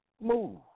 Move